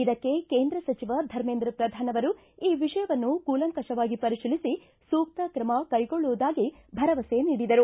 ಇದಕ್ಕೆ ಕೇಂದ್ರ ಸಚಿವ ಧರ್ಮೇಂದ್ರ ಪ್ರಧಾನ್ ಅವರು ಈ ವಿಷಯವನ್ನು ಕೂಲಂಕಪವಾಗಿ ಪರಿಶೀಲಿಸಿ ಸೂಕ್ತ ಕ್ರಮ ಕೈಗೊಳ್ಳುವುದಾಗಿ ಭರವಸೆ ನೀಡಿದರು